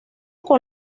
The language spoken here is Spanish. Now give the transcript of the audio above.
por